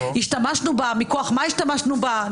השתמשנו בה, מכוח מה השתמשנו בה.